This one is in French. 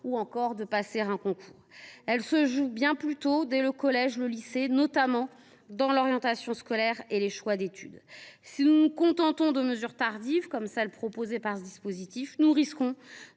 à celui de passer un concours. Elle se joue bien plus tôt, dès le collège et le lycée, notamment dans l’orientation scolaire et les choix d’études. Si nous nous contentons de mesures tardives, comme celles qui sont proposées le dispositif des prépas